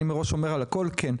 אני מראש אומר על הכול כן.